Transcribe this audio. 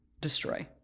Destroy